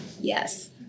Yes